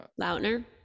Lautner